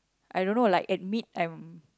I don't know like admit I'm